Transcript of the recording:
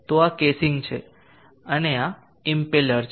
તો આ કેસિંગ છે અને આ ઇમ્પેલર છે